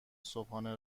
صبحانه